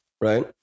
right